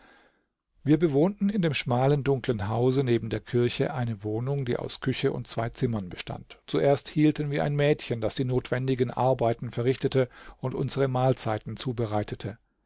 wir bewohnten in dem schmalen dunklen hause neben der kirche eine wohnung die aus küche und zwei zimmern bestand zuerst hielten wir ein mädchen das die notwendigen arbeiten verrichtete und unsere mahlzeiten zubereitete